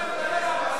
אתה מדבר,